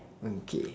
okay